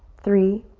three,